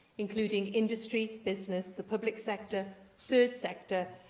including industry, business, the public sector, third sector,